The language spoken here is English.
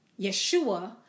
Yeshua